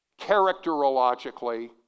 characterologically